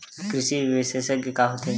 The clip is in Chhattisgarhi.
कृषि विशेषज्ञ का होथे?